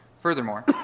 Furthermore